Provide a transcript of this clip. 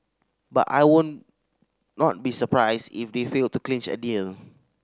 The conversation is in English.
but I would not be surprised if they fail to clinch a deal